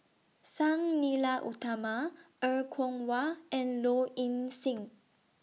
Sang Nila Utama Er Kwong Wah and Low Ing Sing